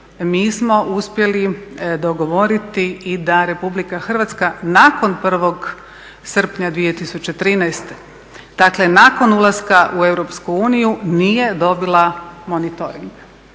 mi smo uspjeli dogovoriti i da RH nakon 1.srpnja 2013.,dakle nakon ulaska u EU nije dobila monitoring.